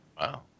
Wow